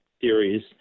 theories